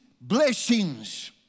blessings